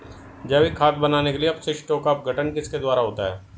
जैविक खाद बनाने के लिए अपशिष्टों का अपघटन किसके द्वारा होता है?